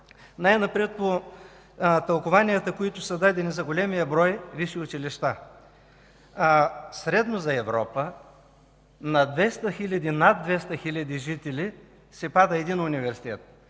Най-напред по тълкуванията, които са дадени за големия брой висши училища. Средно за Европа на над 200 хиляди жители се пада един университет,